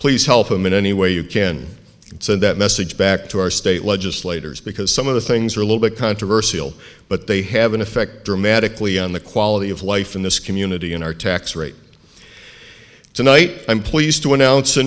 please help him in any way you can send that message back to our state legislators because some of the things are a little bit controversial but they have an effect dramatically on the quality of life in this immunity in our tax rate tonight i'm pleased to announce